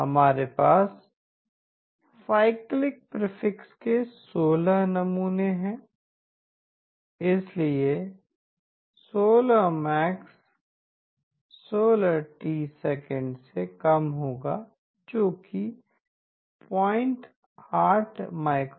हमारे पास cyclic prefix के 16 नमूने हैं इसलिए 16max 16T s 08 μs